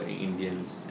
Indians